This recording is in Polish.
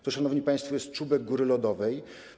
To, szanowni państwo, jest czubek góry lodowej.